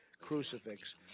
crucifix